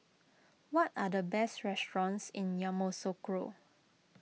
what are the best restaurants in Yamoussoukro